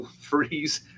freeze